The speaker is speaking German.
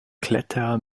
kletterer